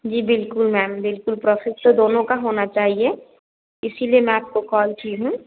जी बिल्कुल मैम बिल्कुल प्रॉफिट तो दोनों का होना चाहिए इसीलिए मैं आपको कॉल की हूँ